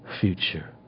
future